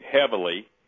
heavily